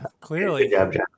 Clearly